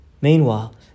Meanwhile